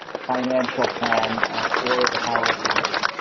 financial plan for the power authority.